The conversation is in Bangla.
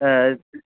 হ্যাঁ